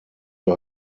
wir